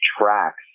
tracks